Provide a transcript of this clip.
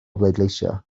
bleidleisio